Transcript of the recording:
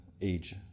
age